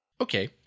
Okay